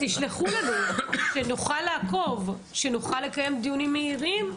שנוכל לעקוב, שנוכל לקיים דיונים מהירים.